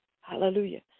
hallelujah